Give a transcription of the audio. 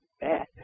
bad